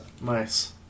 nice